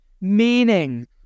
Meaning